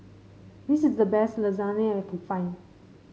this is the best Lasagna that I can find